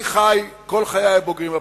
אני חי כל חיי הבוגרים בפריפריה,